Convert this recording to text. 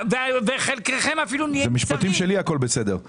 אלה משפטים שלי, הכול בסדר.